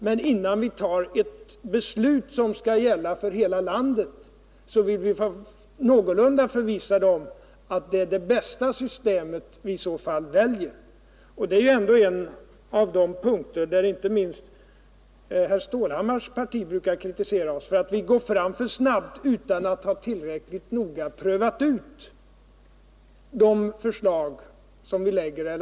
Men innan vi tar ett beslut som skall gälla för hela landet vill vi vara någorlunda förvissade om att det i så fall är det bästa systemet som vi väljer. Det är för övrigt en av de punkter där inte minst herr Stålhammars parti brukar rikta kritik mot oss för att vi går fram för snabbt och inte har tillräckligt underlag för de förslag vi lägger fram.